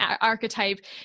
archetype